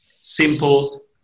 simple